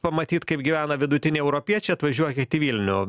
pamatyt kaip gyvena vidutiniai europiečiai atvažiuokit į vilnių